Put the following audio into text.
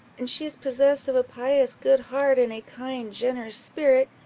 and she is possessed of a pious, good heart, and a kind, generous spirit,